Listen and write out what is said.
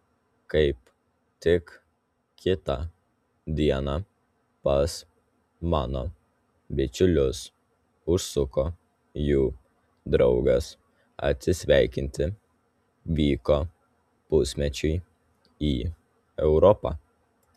kaip tik kitą dieną pas mano bičiulius užsuko jų draugas atsisveikinti vyko pusmečiui į europą